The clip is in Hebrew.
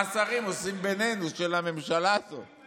מה שרים של הממשלה הזאת עושים בינינו.